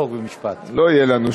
ועדת